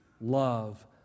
Love